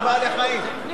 שתקבע ועדת הכנסת